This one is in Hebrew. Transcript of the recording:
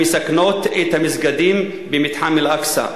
המסכנות את המסגדים במתחם אל-אקצא,